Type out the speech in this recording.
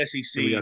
SEC